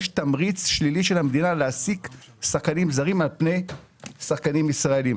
יש תקציב שלילי של המדינה להעסיק שחקנים זרים על פני שחקנים ישראלים.